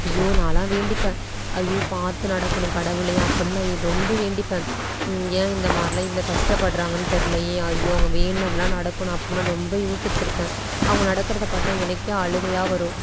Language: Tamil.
ஐயோ நான்லாம் வேண்டிப்பேன் ஐயோ பார்த்து நடக்கணும் கடவுளே அப்படின்னு ரொம்ப வேண்டிப்பேன் ஏன் இந்தமாதிரிலாம் இவ்வளோ கஷ்டப்படுகிறாங்கனு தெரியலயே ஐயோ அவங்க வேண்டினதெல்லாம் நடக்கணும் அப்படின்னு நான் ரொம்ப யோசித்துருக்கேன் அவங்க நடக்கிறத பார்த்தா எனக்கே அழுகையாக வரும்